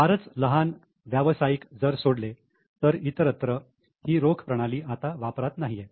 फारच लहान व्यावसायिक जर सोडले तर इतरत्र ही रोख प्रणाली आता वापरात नाहीये